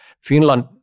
Finland